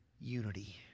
unity